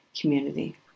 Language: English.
community